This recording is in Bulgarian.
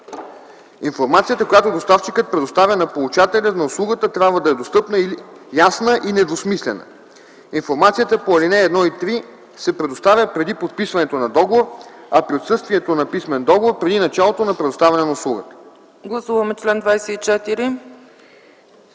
Информацията, която доставчикът предоставя на получателя на услугата, трябва да е достъпна, ясна и недвусмислена. Информацията по ал. 1 и 3 се предоставя преди подписването на договор, а при отсъствието на писмен договор – преди началото на предоставяне на услугата.”